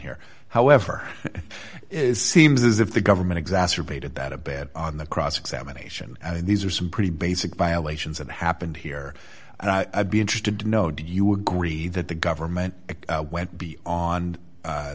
here however is seems as if the government exacerbated that a bad on the cross examination these are some pretty basic violations that happened here and i'd be interested to know did you agree that the government went be on